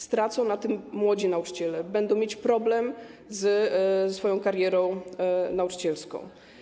Stracą na tym młodzi nauczyciele, będą mieć problem ze swoją karierą nauczycielską.